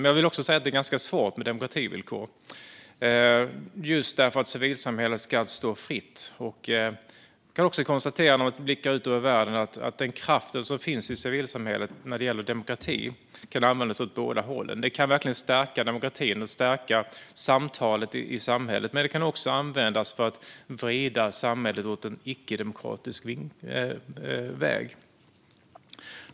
Men jag vill också säga att det är ganska svårt med demokrativillkor just för att civilsamhället ska stå fritt. När jag blickar ut över världen kan jag också konstatera att den kraft som finns i civilsamhället när det gäller demokrati kan användas åt båda hållen. Den kan verkligen stärka demokratin och stärka samtalet i samhället, men den kan också användas för att vrida samhället åt ett icke-demokratiskt håll.